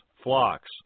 flocks